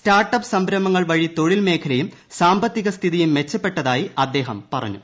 start up സംരംഭങ്ങൾ വഴി തൊഴിൽ മേഖലയും സാമ്പത്തിക സ്ഥിതിയും മെച്ചപ്പെട്ടതായി അദ്ദേഹം പറഞ്ഞു